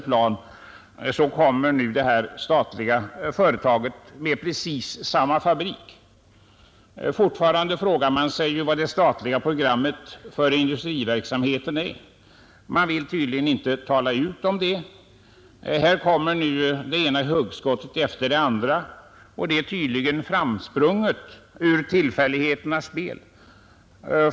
Fortfarande frågar man sig vad innebörden av det statliga programmet för industriverksamheten är. Det ena hugskottet efter det andra framförs, uppenbarligen framsprunget genom tillfälligheternas spel.